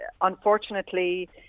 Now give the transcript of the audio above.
unfortunately